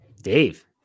Dave